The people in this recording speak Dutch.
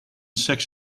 seks